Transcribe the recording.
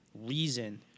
reason